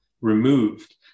removed